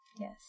Yes